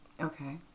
Okay